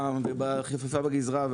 בחפיפה בגזרה וכולי.